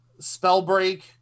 Spellbreak